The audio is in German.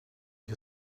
ich